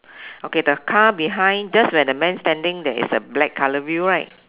okay the car behind just where the man standing there is a black colour view right